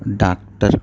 doctor